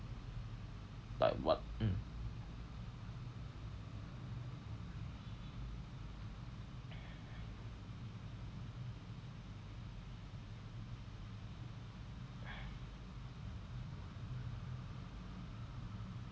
like what mm